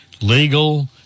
legal